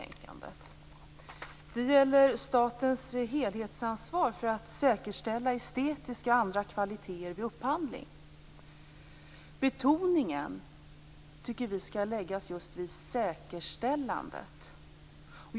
Fru talman! Först några ord om det som i det här betänkandet kallas "m.m." Det gäller statens helhetsansvar för att säkerställa estetiska och andra kvaliteter vid upphandling. Vi tycker att betoningen skall läggas just vid säkerställandet.